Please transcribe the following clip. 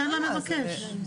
ניתן למבקש.